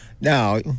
Now